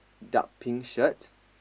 dark pink shirt